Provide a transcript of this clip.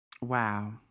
Wow